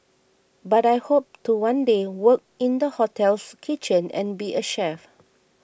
but I hope to one day work in the hotel's kitchen and be a chef